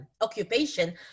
occupation